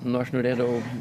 nu aš norėdavau